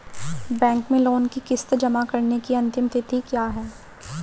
Bank में loan की किश्त जमा कराने की अंतिम तिथि क्या है?